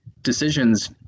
decisions